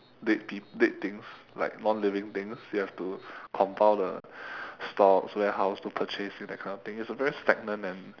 dead peop~ dead things like non living things you have to compile the stocks warehouse to purchase you know that kind of thing it's a very stagnant and